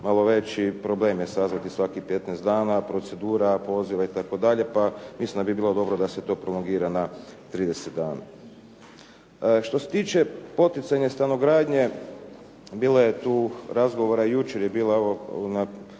malo veći problem je sazvati svakih 15 dana, procedura poziva itd., pa mislim da bi bilo dobro da se to prolongira na 30 dana. Što se tiče poticajne stanogradnje, bilo je tu razgovora, jučer je bila